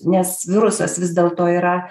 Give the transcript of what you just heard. nes virusas vis dėlto yra